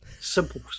Simple